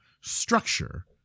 structure